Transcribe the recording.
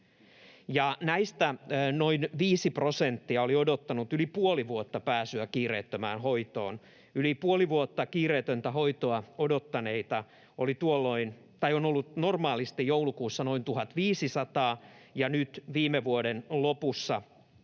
näistä noin 5 prosenttia oli odottanut yli puoli vuotta pääsyä kiireettömään hoitoon. Yli puoli vuotta kiireetöntä hoitoa odottaneita oli tuolloin, tai on ollut normaalisti joulukuussa, noin 1 500, ja nyt viime vuoden lopussa,